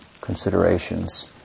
considerations